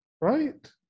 right